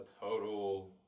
total